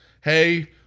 Hey